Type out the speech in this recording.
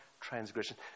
transgression